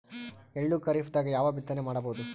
ಎಳ್ಳು ಖರೀಪದಾಗ ಯಾವಗ ಬಿತ್ತನೆ ಮಾಡಬಹುದು?